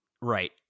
Right